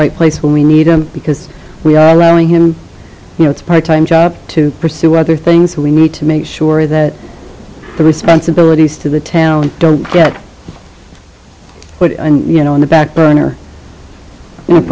right place when we need him because we are allowing him you know it's part time job to pursue other things we need to make sure that the responsibilities to the town don't get but you know on the back burner